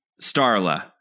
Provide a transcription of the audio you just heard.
Starla